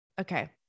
Okay